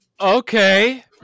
okay